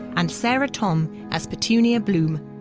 and sarah thom as petunia bloom.